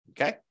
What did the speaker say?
Okay